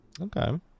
okay